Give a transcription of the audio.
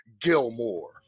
Gilmore